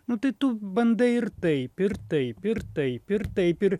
nu tai tu bandai ir taip ir taip ir taip ir taip ir